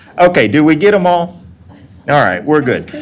okay. did we get them all? yeah all right. we're good.